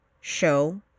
show